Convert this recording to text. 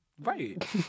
Right